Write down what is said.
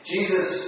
Jesus